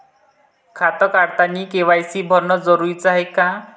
खातं काढतानी के.वाय.सी भरनं जरुरीच हाय का?